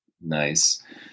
nice